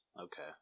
Okay